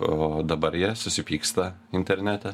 o dabar jie susipyksta internete